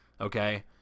okay